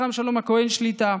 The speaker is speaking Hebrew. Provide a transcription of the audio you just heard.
החכם שלום הכהן שליט"א,